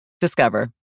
Discover